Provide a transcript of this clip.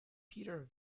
peter